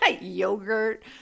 yogurt